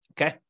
Okay